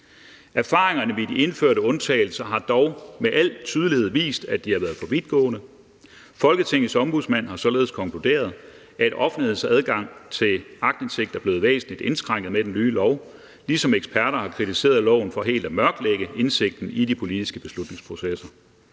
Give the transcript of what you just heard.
Erfaringerne med de indførte undtagelser har dog med al tydelighed vist, at de har været for vidtgående. Folketingets Ombudsmand har således konkluderet, at offentlighedens adgang til aktindsigt er blevet væsentligt indskrænket med den nye lov, ligesom eksperter har kritiseret loven for helt at mørklægge indsigten i de politiske beslutningsprocesser.